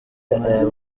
aya